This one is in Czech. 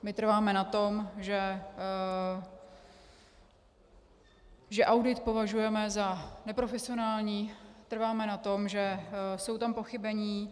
My trváme na tom, že audit považujeme za neprofesionální, trváme na tom, že jsou tam pochybení.